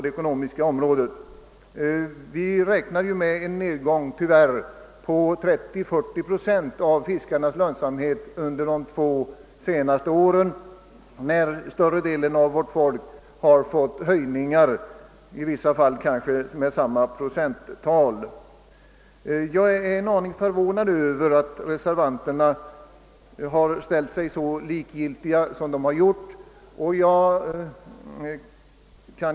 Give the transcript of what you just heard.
Tyvärr räknar vi med en nedgång på 30—40 procent under de två närmaste åren. Detta sker under en tid då större delen av det svenska folket kunnat notera en höjning i lönsamheten, i vissa fall med kanske samma procentsatser. Jag är en aning förvånad över att reservanterna ställt sig så likgiltiga som de har gjort.